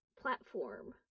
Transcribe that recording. platform